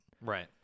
Right